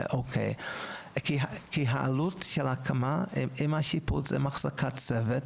כי העלות של ההקמה, עם השיפוץ, עם החזקת צוות